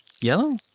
yellow